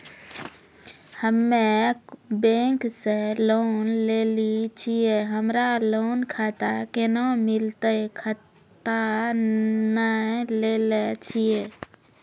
हम्मे बैंक से लोन लेली छियै हमरा लोन खाता कैना मिलतै खाता नैय लैलै छियै?